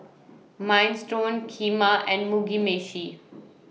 Minestrone Kheema and Mugi Meshi